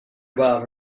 about